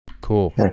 cool